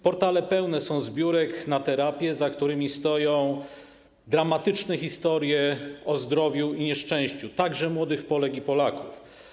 Portale są pełne zbiórek na terapie, za którymi stoją dramatyczne historie o zdrowiu i nieszczęściu także młodych Polek i Polaków.